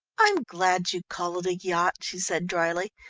i'm glad you call it a yacht, she said dryly.